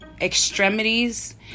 extremities